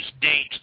date